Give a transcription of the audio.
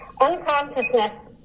unconsciousness